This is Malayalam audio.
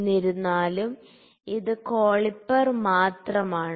എന്നിരുന്നാലും ഇത് കോളിപ്പർ മാത്രമാണ്